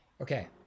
okay